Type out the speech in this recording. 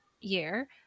year